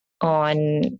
on